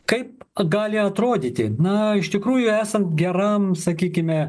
kaip gali atrodyti na iš tikrųjų esant geram sakykime